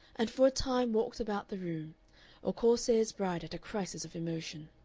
and for a time walked about the room a corsair's bride at a crisis of emotion.